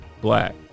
Black